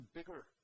bigger